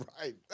right